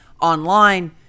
online